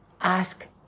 ask